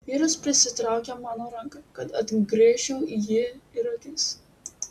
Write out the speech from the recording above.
vyras prisitraukė mano ranką kad atgręžčiau į jį ir akis